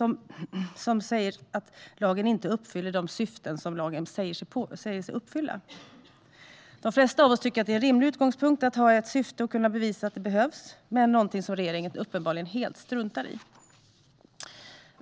när man säger att lagen inte uppfyller de syften som den sägs uppfylla. De flesta av oss tycker att det är en rimlig utgångspunkt att ha ett syfte och kunna bevisa att det behövs, men det är någonting som regeringen uppenbarligen helt struntar i.